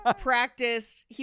practiced